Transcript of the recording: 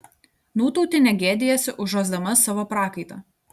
nūtautienė gėdijasi užuosdama savo prakaitą